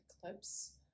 clips